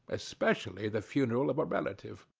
especially the funeral of a relative.